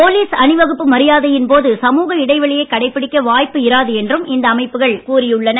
police அணி வகுப்பு மரியாதையின் போது சமூக இடைவெளியைக் கடைபிடிக்க வாய்ப்பு இராது என்றும் இந்த அமைப்புகள் கூறி உள்ளன